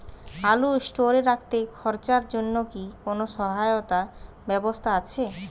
আলু স্টোরে রাখতে খরচার জন্যকি কোন সহায়তার ব্যবস্থা আছে?